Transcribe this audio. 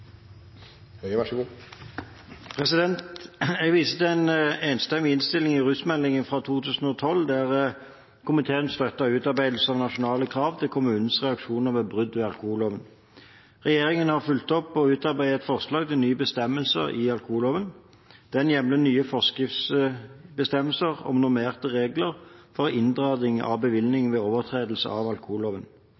Jeg viser til en enstemmig innstilling til rusmeldingen fra 2012 der komiteen støttet utarbeidelse av nasjonale krav til kommunenes reaksjoner ved brudd på alkoholloven. Regjeringen har fulgt opp og utarbeidet et forslag til en ny bestemmelse i alkoholloven. Den hjemler nye forskriftsbestemmelser om normerte regler for inndragning av bevilling ved overtredelse av alkoholloven.